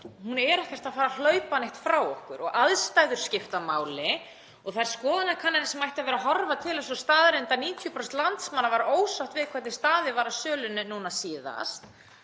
eign er ekkert að fara að hlaupa neitt frá okkur. Aðstæður skipta máli og þær skoðanakannanir sem ætti að horfa til sýna þá staðreynd að 90% landsmanna voru ósátt við hvernig staðið var að sölunni núna síðast.